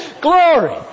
Glory